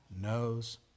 knows